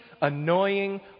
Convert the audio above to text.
annoying